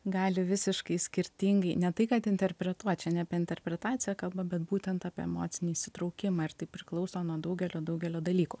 gali visiškai skirtingi ne tai kad interpretuot čia ne apie interpretaciją kalba bet būtent apie emocinį įsitraukimą ir tai priklauso nuo daugelio daugelio dalykų